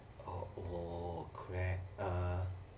oh oh